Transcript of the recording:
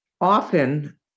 often